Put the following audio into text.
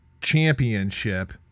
Championship